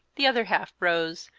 the other half rose,